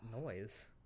noise